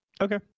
okay